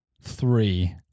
three